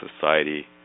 Society